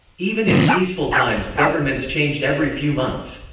even in peaceful times governments changed every few months.